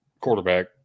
quarterback